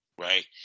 right